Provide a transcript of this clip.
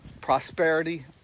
prosperity